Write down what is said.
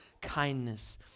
kindness